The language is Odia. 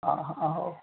ଅଃ ହଉ